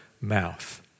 mouth